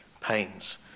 pains